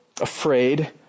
afraid